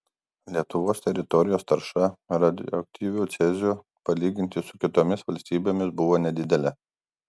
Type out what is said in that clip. lietuvos teritorijos tarša radioaktyviu ceziu palyginti su kitomis valstybėmis buvo nedidelė